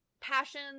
passion